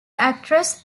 actress